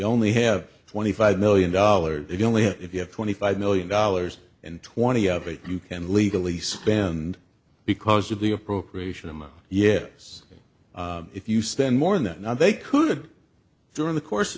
only have twenty five million dollars only if you have twenty five million dollars and twenty of it you can legally spend because of the appropriation amount yes if you spend more than that now they could during the course